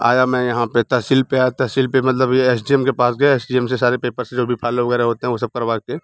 आया मैं यहाँ पर तहसील पे आया तहसील पर मतलब ये एस डी एम के पास गया एस डी एम से सारे पेपर्स जो भी फ़ाइलें वग़ैरह होते हैं वो सब करवा के